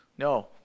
No